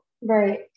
Right